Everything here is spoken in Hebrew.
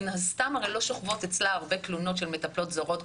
מן הסתם הרי לא שוכבות אצלה הרבה תלונות של מטפלות זרות,